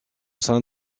sein